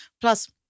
Plus